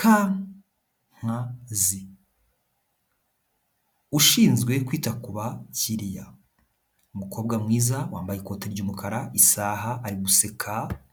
Kankazi, ushinzwe kwita ku bakiliya, umukobwa mwiza wambaye ikoti ry'umukara, isaha, ari guseka.